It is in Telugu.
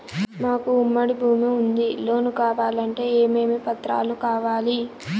మాకు ఉమ్మడి భూమి ఉంది లోను కావాలంటే ఏమేమి పత్రాలు కావాలి?